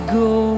go